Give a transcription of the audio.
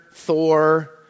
Thor